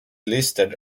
listed